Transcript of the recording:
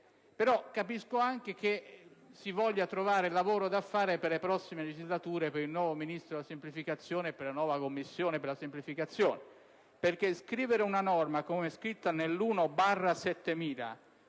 sembra anche che si voglia trovare lavoro da fare per le prossime legislature per il nuovo Ministro della semplificazione e per la nuova Commissione per la semplificazione. Infatti, scrivere una norma, come quella contenuta